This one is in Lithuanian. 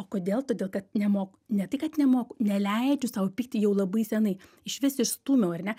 o kodėl todėl kad nemo ne tai kad nemoku neleidžiu sau pykti jau labai senai išvis išstūmiau ar ne